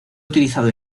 utilizado